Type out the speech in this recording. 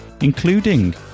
including